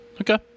Okay